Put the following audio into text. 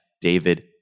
David